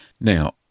Now